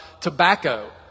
tobacco